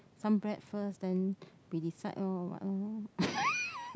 some bread first then we decide lor what lor